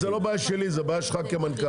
זה לא בעיה שלי, זו בעיה שלך כמנכ"ל.